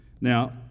Now